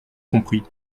compris